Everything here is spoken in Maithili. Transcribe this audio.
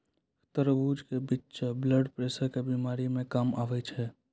तरबूज के बिच्चा ब्लड प्रेशर के बीमारी मे काम आवै छै